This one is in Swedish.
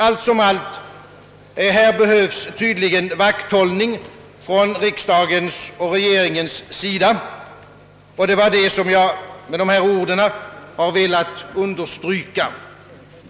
Allt som allt: här behövs tydligen vakthållning av riksdag och regering, och det är detta som jag med dessa ord velat understryka.